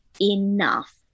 enough